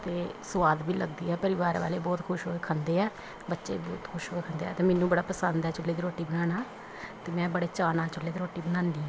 ਅਤੇ ਸਵਾਦ ਵੀ ਲੱਗਦੀ ਆ ਪਰਿਵਾਰ ਵਾਲੇ ਬਹੁਤ ਖੁਸ਼ ਹੋ ਕੇ ਖਾਂਦੇ ਹੈ ਬੱਚੇ ਬਹੁਤ ਖੁਸ਼ ਹੋ ਕੇ ਖਾਂਦੇ ਹੈ ਅਤੇ ਮੈਨੂੰ ਬੜਾ ਪਸੰਦ ਹੈ ਚੁੱਲ੍ਹੇ ਦੀ ਰੋਟੀ ਬਣਾਉਣਾ ਅਤੇ ਮੈਂ ਬੜੇ ਚਾਅ ਨਾਲ ਚੁੱਲ੍ਹੇ 'ਤੇ ਰੋਟੀ ਬਣਾਉਂਦੀ ਹਾਂ